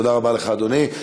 תודה רבה לך, אדוני.